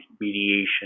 mediation